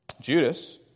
Judas